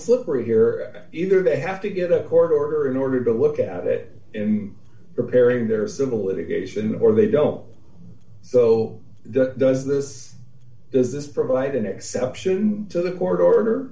flipper here either they have to get a court order in order to look at it repairing their civil litigation or they don't so the does this is this provide an exception to the court order